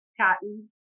cotton